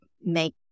make